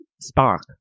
spark